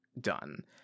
done